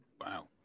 Wow